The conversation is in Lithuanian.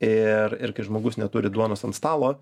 ir ir kai žmogus neturi duonos ant stalo